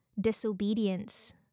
disobedience